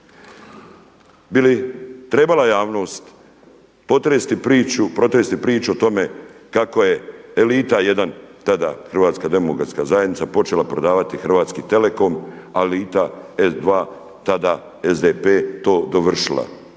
Bi li trebala javnost protresti priču o tome kako je elita jedna tada Hrvatska demokratska zajednica počela prodavati Hrvatski telekom a elita dva tada SDP tada to dovršila?